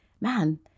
man